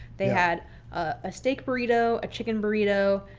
they had a steak burrito, a chicken burrito,